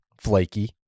flaky